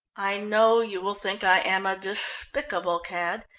i know you will think i am a despicable cad,